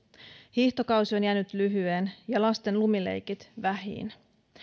hiihtokausi on jäänyt lyhyeen ja lasten lumileikit vähiin